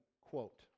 quote